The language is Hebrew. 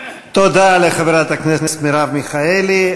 תודה לחברת הכנסת מרב מיכאלי.